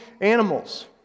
animals